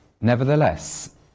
Nevertheless